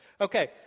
Okay